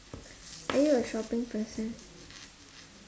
are you a shopping person